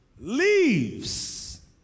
Leaves